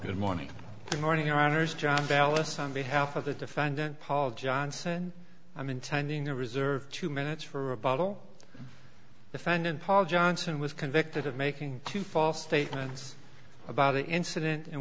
good morning good morning honors john ballasts on behalf of the defendant paul johnson i'm intending to reserve two minutes for a bottle defendant paul johnson was convicted of making false statements about the incident in